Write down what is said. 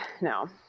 no